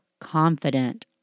confident